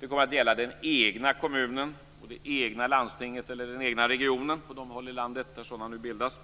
Det kommer att gälla den egna kommunen och det egna landstinget, eller den egna regionen på de håll i landet där sådana nu bildas.